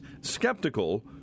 skeptical